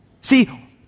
See